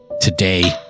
Today